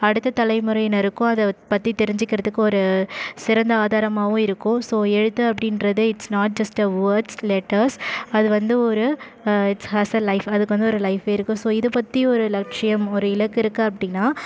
அடுத்த தலைமுறையினருக்கும் அதைப்பத்தி தெரிஞ்சிக்கிறதுக்கு ஒரு சிறந்த ஆதாரமாகவும் இருக்கும் ஸோ எழுத்து அப்படின்றது it's not just a words letters அது வந்து ஒரு இட்ஸ் ஹஸ் அ லைஃப் அதுக்கு வந்து ஒரு லைஃப்பே இருக்குது ஸோ இதைப்பத்தி ஒரு லட்சியம் ஒரு இலக்கு இருக்குது அப்படின்னா